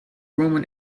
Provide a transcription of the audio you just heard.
roman